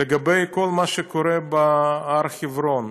לגבי כל מה שקורה בהר חברון,